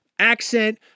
Accent